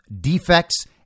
defects